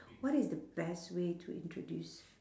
what is the best way to introduce